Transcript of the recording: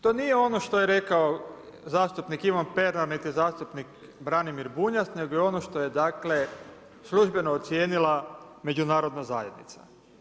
To nije ono što je rekao zastupnik Ivan Pernar niti zastupnik Branimir Bunjac nego je ono što je službeno ocijenila međunarodna zajednica.